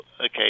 okay